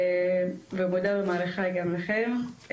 אני מודה ומעריכה גם אתכם.